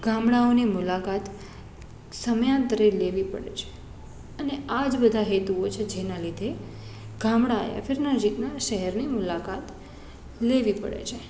ગામડાંઓની મુલાકાત સમયાંતરે લેવી પડે છે અને આજ બધાં હેતુઓ છે જેનાં લીધે ગામડા યા ફીર નજીકનાં શહેરની મુલાકાત લેવી પડે છે